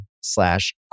slash